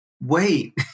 wait